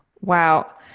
Wow